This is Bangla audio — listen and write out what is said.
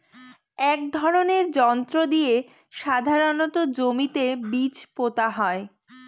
এক ধরনের যন্ত্র দিয়ে সাধারণত জমিতে বীজ পোতা হয়